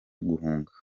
guhunga